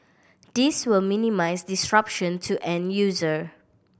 this will minimise disruption to end user